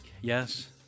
Yes